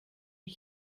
ich